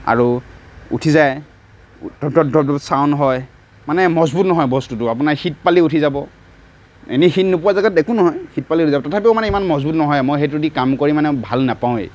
আৰু উঠি যায় ঢপ ঢপ ঢপ ঢপ চাউণ্ড হয় মানে মজবুত নহয় বস্তুটো আপোনাৰ হিট পালেই উঠি যাব এনেই হিট নোপোৱা জাগাত একো নহয় হিট পালে উঠি যাব তথাপিও মানে ইমান মজবুত নহয় মই সেইটোদি কাম কৰি মানে ভাল নাপাওয়েই